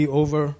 over